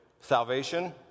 Salvation